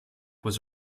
was